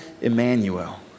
Emmanuel